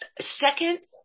second